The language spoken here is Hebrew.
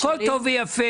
הכול טוב ויפה,